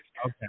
Okay